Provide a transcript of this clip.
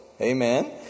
amen